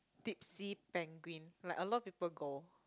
Tipsy Penguin like a lot of people go